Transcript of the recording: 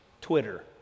Twitter